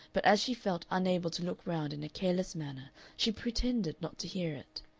but as she felt unable to look round in a careless manner she pretended not to hear it.